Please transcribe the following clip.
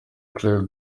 claire